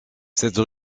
cette